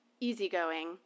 Easygoing